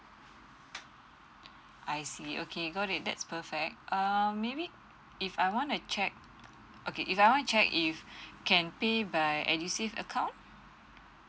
I see okay got it that's perfect um maybe if I wanna check okay if I wanna check if can pay by edusave account